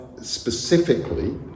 specifically